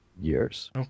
years